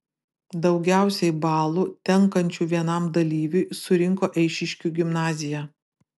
daugiausiai balų tenkančių vienam dalyviui surinko eišiškių gimnazija